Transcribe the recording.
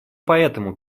поэтому